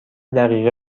دقیقه